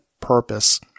purpose